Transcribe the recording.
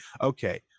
okay